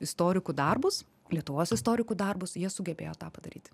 istorikų darbus lietuvos istorikų darbus jie sugebėjo tą padaryti